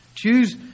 Choose